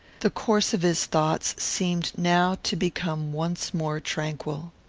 the course of his thoughts seemed now to become once more tranquil.